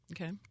Okay